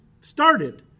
started